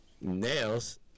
Nails